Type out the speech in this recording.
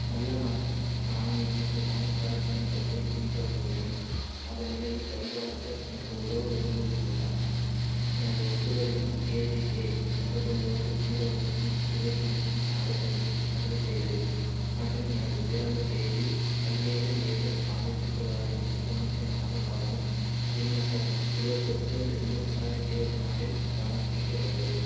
நல்ல நாள் நான் எனது பான் கார்ட் விண்ணப்பத்தைப் பின்தொடர்கிறேன் அதன் நிலையை சரிபார்க்க எனக்கு உதவ விரும்புகிறீர்களா எனது ஒப்புதல் எண் ஏசிகே எம்பத்தொம்பது ஜீரோ ஒன்று இருபத்தி மூணு நாப்பத்தஞ்சு அறுபத்தேலு மற்றும் எனது பிறந்த தேதி பதினேழு ஏழு ஆயிரத்தி தொள்ளாயிரத்தி தொண்ணூற்றி நாலு ஆகும் விண்ணப்பம் இருபத்தெட்டு ரெண்டு ரெண்டாயிரத்தி இருபத்தி நாலில் சமர்ப்பிக்கப்பட்டது